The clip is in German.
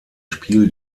spiel